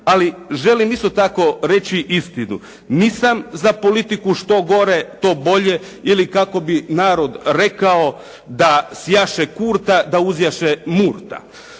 ali želim isto tako reći istinu. Nisam za politiku što gore to bolje ili kako bi narod rekao da "sjaše kurta da uzjaše murta".